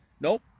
nope